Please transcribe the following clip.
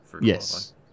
Yes